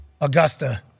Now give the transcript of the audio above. Augusta